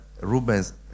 Rubens